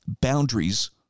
boundaries